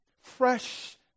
fresh